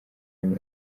nyuma